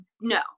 No